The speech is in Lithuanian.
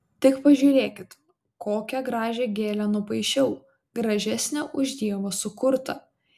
tik pažiūrėkit kokią gražią gėlę nupaišiau gražesnę už dievo sukurtą